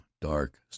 dark